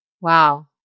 Wow